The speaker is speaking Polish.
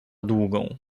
długą